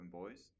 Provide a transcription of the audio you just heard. boys